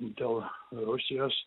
dėl rusijos